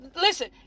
listen